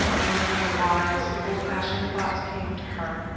one of her wise, old-fashioned thoughts came to her.